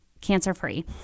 cancer-free